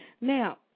Now